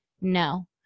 No